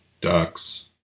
ducks